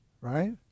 right